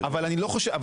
אבל אני אומר,